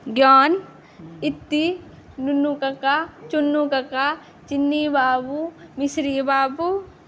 ज्ञान इति नुनू काका चुन्नू काका चीनी बाबू मिश्री बाबू